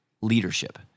leadership